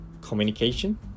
communication